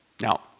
Now